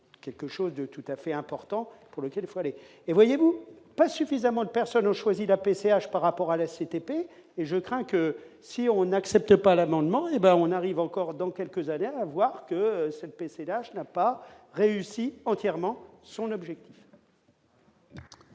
quelque chose de tout à fait important pour lequel il faut aller et voyez-vous pas suffisamment de personnes ont choisi la PCH par rapport à l'ACTP, et je crains que si on n'accepte pas l'amendement, hé ben on arrive encore dans quelques années avoir que cette PCH n'a pas réussi entièrement son objet.